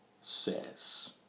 says